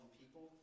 people